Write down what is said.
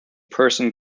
person